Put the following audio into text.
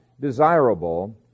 desirable